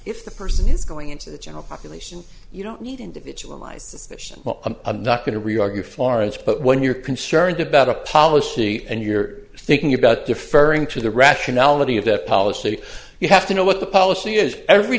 if the person is going into the general population you don't need individualized suspicion i'm not going to reargue florence but when you're concerned about a policy and you're thinking about deferring to the rationality of that policy you have to know what the policy is every